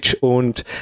und